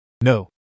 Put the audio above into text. No